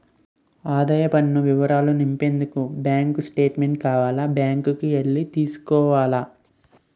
ఆదాయపు పన్ను వివరాలు నింపడానికి బ్యాంకు స్టేట్మెంటు కావాల బ్యాంకు కి ఎల్లి తెచ్చుకోవాల